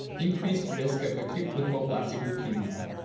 increased risk of acute lymphoblastic leukemia,